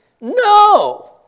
no